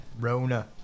Rona